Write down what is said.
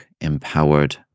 empowered